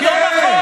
זה לא נכון.